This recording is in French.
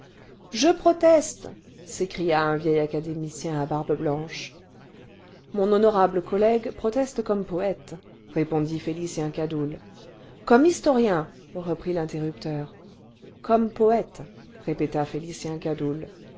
simples je proteste s'écria un vieil académicien à barbe blanche mon honorable collègue proteste comme poète répondit félicien cadoul comme historien reprit l'interrupteur comme poète répéta félicien cadoul